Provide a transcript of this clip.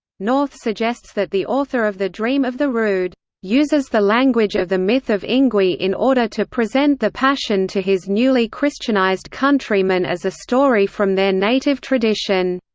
north suggests that the author of the dream of the rood uses the language of the myth of ingui in order to present the passion to his newly christianized countrymen as a story from their native tradition.